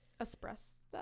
Espresso